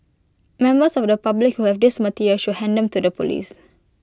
members of the public who have these materials should hand them to the Police